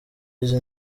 izi